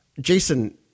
Jason